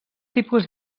tipus